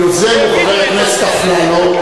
היוזם הוא חבר הכנסת אפללו.